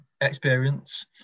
experience